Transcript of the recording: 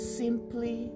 simply